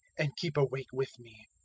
and keep awake with me.